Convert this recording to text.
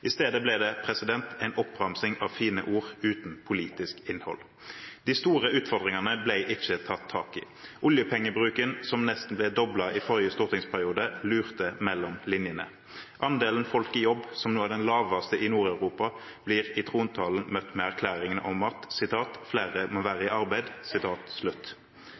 I stedet ble det en oppramsing av fine ord uten politisk innhold. De store utfordringene ble ikke tatt tak i. Oljepengebruken, som nesten ble doblet i forrige stortingsperiode, lurte mellom linjene. Andelen folk i jobb, som nå er den laveste i Nord-Europa, ble i trontalen møtt med erklæringen om at «flere må være i arbeid».